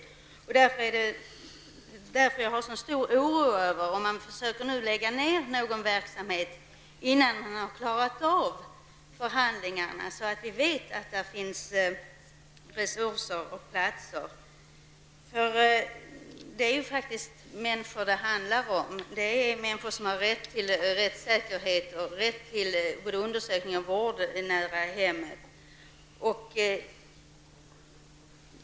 Det är också därför som jag känner en stor oro för att verksamhet skall komma att läggas ned, innan man klarat av förhandlingarna som skall ge resurser och platser. Det handlar här faktiskt om människor, människor som har rätt till rättssäkerhet och till undersökning och vård nära hemmet.